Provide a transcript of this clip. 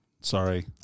Sorry